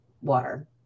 water